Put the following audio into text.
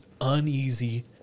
uneasy